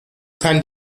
kann